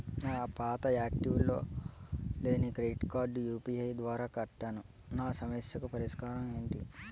నా పాత యాక్టివ్ లో లేని క్రెడిట్ కార్డుకు యు.పి.ఐ ద్వారా కట్టాను నా సమస్యకు పరిష్కారం ఎంటి?